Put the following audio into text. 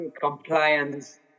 compliance